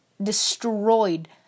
Destroyed